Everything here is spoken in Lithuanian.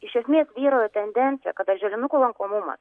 iš esmės vyrauja tendencija kad darželinukų lankomumas